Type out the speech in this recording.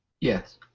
Yes